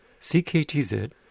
CKTZ